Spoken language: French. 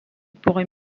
pourrait